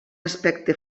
aspecte